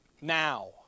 Now